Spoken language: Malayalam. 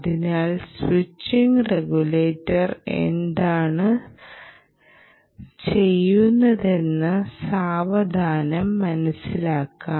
അതിനാൽ സ്വിച്ചിംഗ് റെഗുലേറ്റർ എന്താണ് ചെയ്യുന്നതെന്ന് സാവധാനം മനസിലാക്കാം